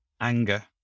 anger